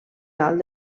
alt